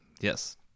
yes